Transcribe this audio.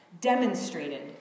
demonstrated